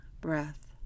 breath